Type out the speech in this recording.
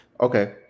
Okay